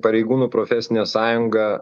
pareigūnų profesinė sąjunga